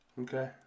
Okay